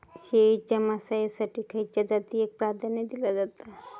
शेळीच्या मांसाएसाठी खयच्या जातीएक प्राधान्य दिला जाता?